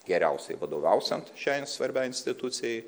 geriausiai vadovausiant šiai svarbiai institucijai